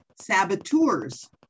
saboteurs